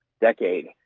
decade